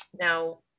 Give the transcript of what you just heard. Now